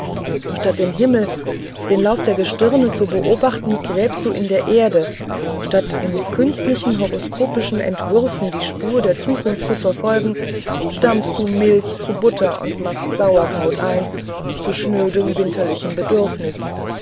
statt den himmel den lauf der gestirne zu beobachten gräbst du in der erde statt in künstlichen horoskopischen entwürfen die spur der zukunft zu verfolgen stampfest du milch zu butter und machest sauerkraut ein zu schnödem winterlichen